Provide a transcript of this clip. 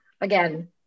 again